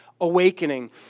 awakening